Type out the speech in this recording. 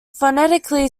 phonetically